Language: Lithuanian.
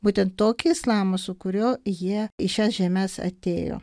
būtent tokį islamą su kuriuo jie į šias žemes atėjo